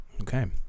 Okay